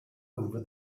over